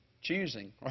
Choosing